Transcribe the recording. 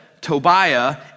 Tobiah